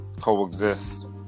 coexist